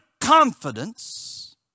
confidence